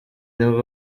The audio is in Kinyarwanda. nibwo